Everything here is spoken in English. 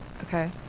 Okay